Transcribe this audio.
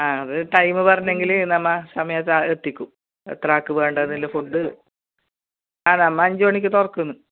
ആ അത് ടൈം പറഞ്ഞെങ്കിൽ നമ്മൾ സമയത്ത് ആ എത്തിക്കും എത്ര ആൾക്ക് വേണ്ടന്നുള്ള ഫുഡ് ആ നമ്മൾ അഞ്ച് മണിക്ക് തുറക്കുന്നു